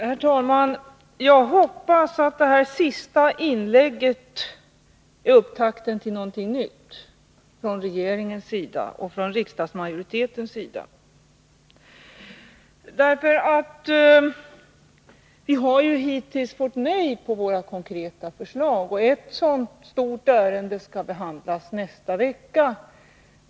Herr talman! Jag hoppas att det senaste inlägget från bostadsministern är upptakten till någonting nytt från regeringens och riksdagsmajoritetens sida. Hittills har vi fått nej på våra konkreta förslag. Ett sådant stort ärende skall behandlas nästa vecka.